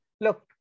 Look